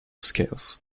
scales